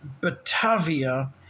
Batavia